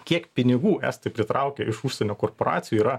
kiek pinigų estai pritraukia iš užsienio korporacijų yra